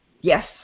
Yes